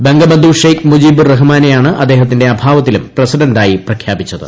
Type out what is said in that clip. ബംഗബന്ധു ഷെയ്ക്ക് മുജിബുർ റഹ്മാനെയാണ് അദ്ദേഹത്തിന്റെ അഭാവത്തിലും പ്രസിഡന്റായി പ്രഖ്യാപിച്ചത്